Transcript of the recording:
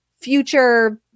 future